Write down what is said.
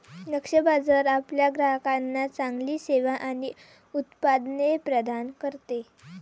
लक्ष्य बाजार आपल्या ग्राहकांना चांगली सेवा आणि उत्पादने प्रदान करते